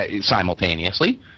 simultaneously